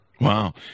Wow